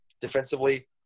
defensively